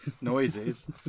noises